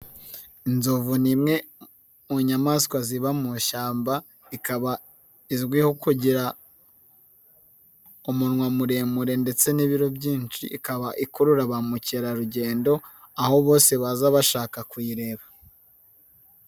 Inzovu ni imwe munyamaswa ziba mu ishyamba, ikaba izwiho kugira umunwa muremure ndetse n'ibiro byinshi, ikaba ikurura ba mukerarugendo, aho bose baza bashaka kuza kuyireba.